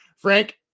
Frank